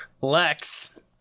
Lex